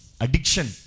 addiction